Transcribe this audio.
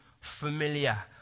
familiar